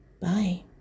Bye